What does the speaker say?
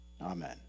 amen